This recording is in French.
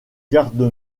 garde